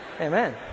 Amen